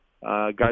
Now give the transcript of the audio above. guys